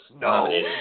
No